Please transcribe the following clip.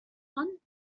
one